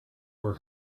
were